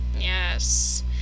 Yes